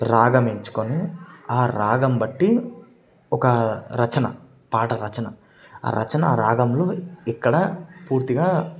రాగం ఎంచుకుని ఆ రాగం బట్టి ఒక రచన పాట రచన ఆ రచన ఆ రాగంలో ఇక్కడ పూర్తిగా